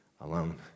alone